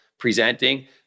Presenting